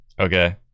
Okay